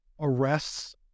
arrests